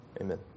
amen